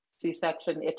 c-section